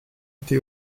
été